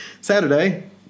Saturday